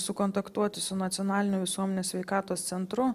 sukontaktuoti su nacionaliniu visuomenės sveikatos centru